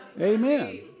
Amen